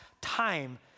time